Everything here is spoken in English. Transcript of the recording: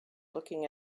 looking